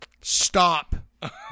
Stop